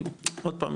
כי עוד פעם,